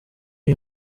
iyi